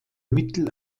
mittel